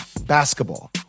basketball